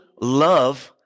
love